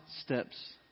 steps